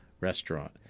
restaurant